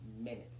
minutes